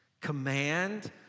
Command